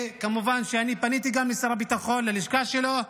כמובן, פניתי גם לשר הביטחון, ללשכה שלו,